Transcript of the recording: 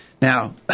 Now